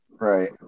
Right